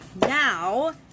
Now